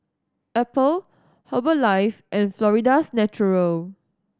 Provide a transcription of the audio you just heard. Apple Herbalife and Florida's Natural